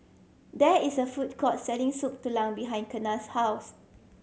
there is a food court selling Soup Tulang behind Kenna's house